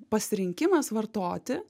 pasirinkimas vartoti